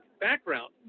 background